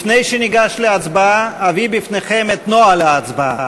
לפני שניגש להצבעה אביא בפניכם את נוהל ההצבעה.